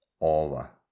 over